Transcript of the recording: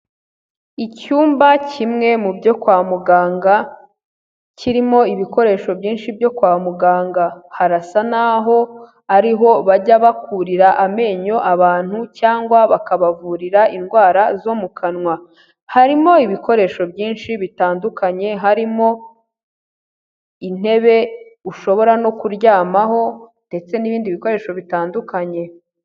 Icyumba kimwe mu byo kwa muganga, kirimo ibikoresho byinshi byo kwa muganga. Harasa n'aho ariho bajya bakurira amenyo abantu cyangwa bakabavurira indwara zo mu kanwa. Harimo ibikoresho byinshi bitandukanye, harimo intebe ushobora no kuryamaho ndetse n'ibindi bikoresho bitandukanye.